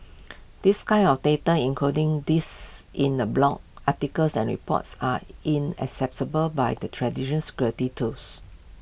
this kind of data including these in A blogs articles and reports are inaccessible by the traditional security tools